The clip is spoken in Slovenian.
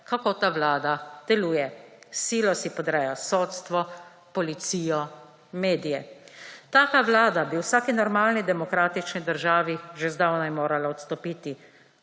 kako ta vlada deluje. S silo si podreja sodstvo, policijo, medije. Taka vlada bi v vsaki normalni demokratični državi že zdavnaj morala odstopiti,